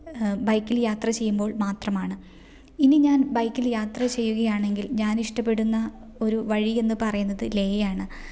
ബൈക്കിൽ യാത്ര ചെയ്യുമ്പോൾ മാത്രമാണ് ഇനി ഞാൻ ബൈക്കിൽ യാത്ര ചെയ്യുകയാണെങ്കിൽ ഞാൻ ഇഷ്ടപ്പെടുന്ന ഒരു വഴി എന്ന് പറയുന്നത് ലേയാണ്